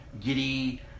giddy